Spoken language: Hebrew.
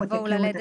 יבואו ללדת